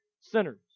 sinners